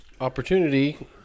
opportunity